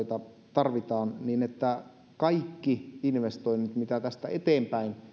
tarvitaan että kaikki investoinnit mitä tästä eteenpäin